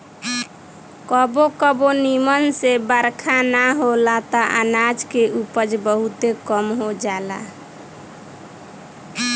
कबो कबो निमन से बरखा ना होला त अनाज के उपज बहुते कम हो जाला